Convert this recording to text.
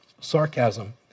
sarcasm